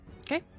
okay